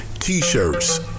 T-shirts